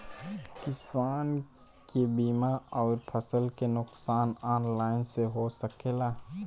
किसान के बीमा अउर फसल के नुकसान ऑनलाइन से हो सकेला?